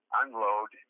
unload